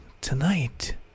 tonight